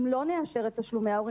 אם לא נאשר את תשלומי ההורים,